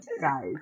guys